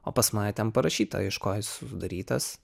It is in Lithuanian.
o pas mane ten parašyta iš ko jis sudarytas